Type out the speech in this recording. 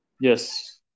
Yes